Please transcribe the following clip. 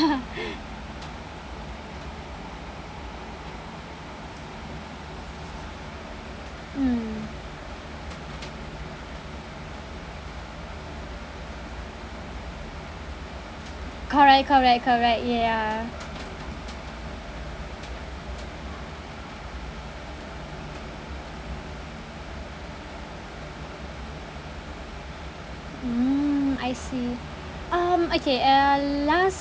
mm correct correct correct ya mm I see um okay uh last